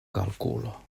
kalkulo